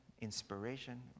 inspiration